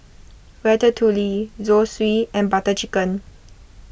Ratatouille Zosui and Butter Chicken